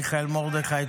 מיכאל מרדכי,